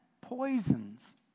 poisons